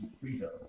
freedom